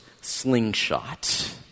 slingshot